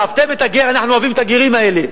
ואהבתם את הגר, אנחנו אוהבים את הגרים האלה.